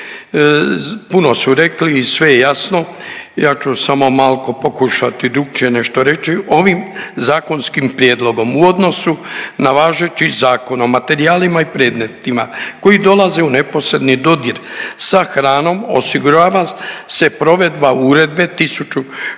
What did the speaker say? puno su rekli i sve je jasno, ja ću samo malko pokušati drukčije nešto reći. Ovim zakonskim prijedlogom u odnosu na važeći Zakon o materijalima i predmetima koji dolaze u neposredni dodir sa hranom osigurava se provedba Uredbe 1616